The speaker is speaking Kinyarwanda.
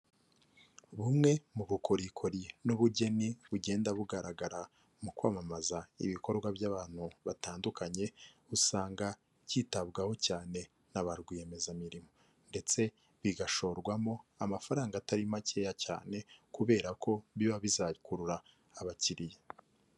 Bumwe mu bukorikori n'ubugeni bugenda bugaragara mu kwamamaza ibikorwa by'abantu batandukanye, usanga byitabwaho cyane na ba rwiyemezamirimo ndetse bigashorwamo amafaranga atari makeya cyane kubera ko biba bizakurura abakiriya.